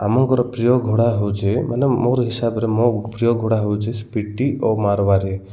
ଆମଙ୍କର ପ୍ରିୟ ଘୋଡ଼ା ହଉଛି ମାନେ ମୋର ହିସାବରେ ମୋ ପ୍ରିୟ ଘୋଡ଼ା ହଉଛି ସ୍ପିଟି ଓ ମାରବାରେ